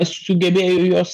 sugebėjo jos